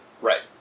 Right